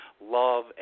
love